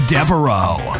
Devereaux